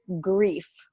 grief